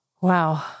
Wow